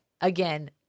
again